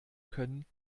können